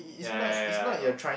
ya ya ya I know